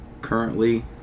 Currently